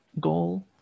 goal